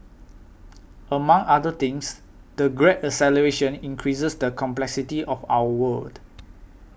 among other things the Great Acceleration increases the complexity of our world